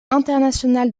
international